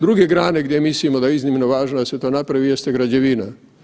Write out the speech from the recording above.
Druge grane gdje mislimo da je iznimno važno da se to napravi jeste građevina.